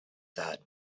that